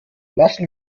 lassen